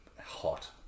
hot